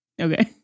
Okay